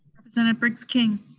representative briggs king?